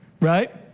right